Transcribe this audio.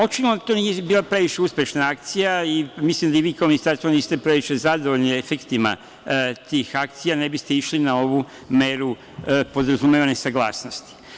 Očito to nije bila previše uspešna akcija i mislim da i vi kao Ministarstvo previše zadovoljni efektima tih akcija, ne biste išli na tu meru podrazumevane saglasnosti.